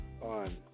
On